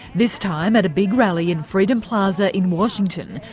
this time at a big rally in freedom plaza in washington,